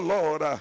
Lord